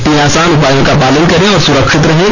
तीन आसान उपायों का पालन करें और सुरक्षित रहें